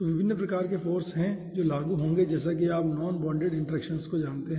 तो विभिन्न प्रकार के फाॅर्स है जो लागू होंगे जैसा की आप नॉन बोंडेड इंटरेक्शन को जानते हैं